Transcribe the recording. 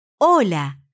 Hola